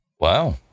Wow